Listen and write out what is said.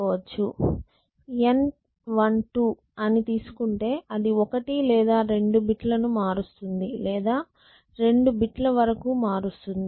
N12 అని తీసుకుంటే ఇది ఒకటి లేదా రెండు బిట్ లని మారుస్తుంది లేదా రెండు బిట్ ల వరకు మారుస్తుంది